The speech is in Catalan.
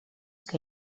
que